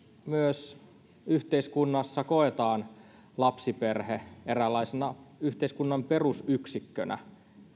myös yhteiskunnassa koetaan lapsiperhe eräänlaisena yhteiskunnan perusyksikkönä